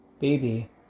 baby